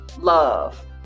love